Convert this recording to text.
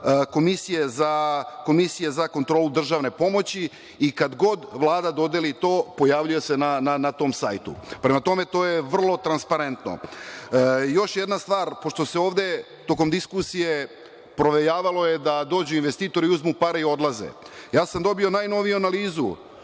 Komisije za kontrolu državne pomoći, i kad god Vlada dodeli to pojavljuje se na tom sajtu. Prema tome, to je vrlo transparentno. Još jedna stvar. Pošto se ovde, tokom diskusije, provejavalo je da dođu investitori, uzmu pare i odlaze. Ja sam dobio najnoviju analizu